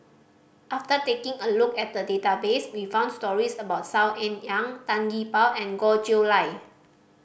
after taking a look at the database we found stories about Saw Ean Ang Tan Gee Paw and Goh Chiew Lye